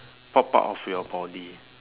pop out of your body